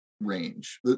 range